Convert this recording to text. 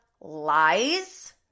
lies